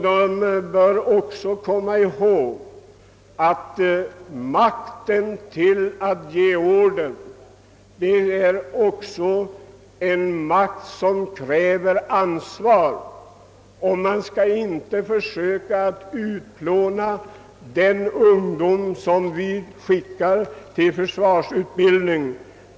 De bör också komma ihåg att makten att ge order är en makt som kräver ansvar. De skall inte försöka utplåna personligheten hos den ungdom som vi skickar till försvarsutbildning.